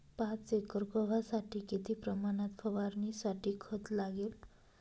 पाच एकर गव्हासाठी किती प्रमाणात फवारणीसाठी खत लागेल?